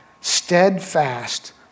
steadfast